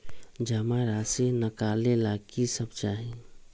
जमा राशि नकालेला कि सब चाहि?